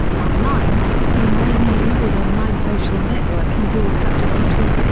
online queen rania uses online social-networking tools such as youtube,